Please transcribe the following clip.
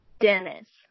Dennis